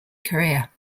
career